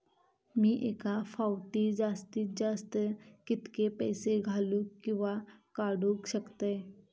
मी एका फाउटी जास्तीत जास्त कितके पैसे घालूक किवा काडूक शकतय?